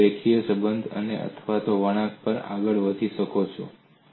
તે એક રેખીય સંબંધ છે અથવા તે વળાંકમાં પણ આગળ વધી શકે છે